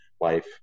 Life